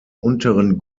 unteren